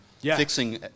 fixing